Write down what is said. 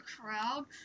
crowd